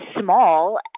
Small